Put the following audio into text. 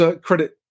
credit